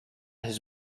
his